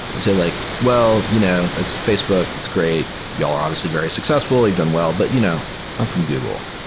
i'd say like, well, you know that's facebook. it's great. y'all are obviously very successfully. you've done well. but you know i'm from google.